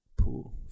Pool